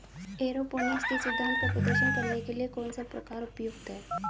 Aeroponics के सिद्धांत का प्रदर्शन करने के लिए कौन सा प्रकार उपयुक्त है?